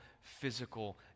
physical